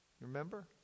Remember